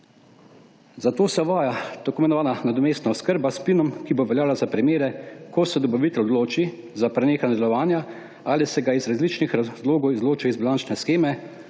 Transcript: Zato se uvaja tako imenovana nadomestna oskrba s plinom, ki bo veljala za primere, ko se dobavitelj odloči za prenehanje delovanja ali se ga iz različnih razlogov izloči iz bilančne sheme,